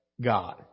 God